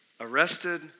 arrested